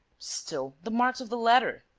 still, the marks of the ladder?